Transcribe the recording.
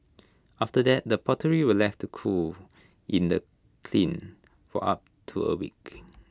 after that the pottery were left to cool in the kiln for up to A week